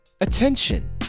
attention